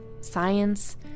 science